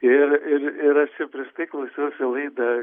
ir ir ir aš čia prieš tai klausiausi laidą